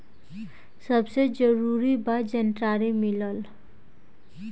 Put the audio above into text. सबसे जरूरी बा जानकारी मिलल